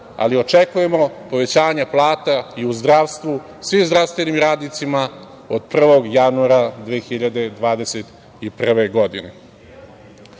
ali očekujemo povećanje plata i u zdravstvu svim zdravstvenim radnicima od 1. januara 2021.